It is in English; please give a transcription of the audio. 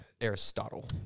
Aristotle